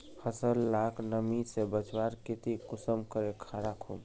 फसल लाक नमी से बचवार केते कुंसम करे राखुम?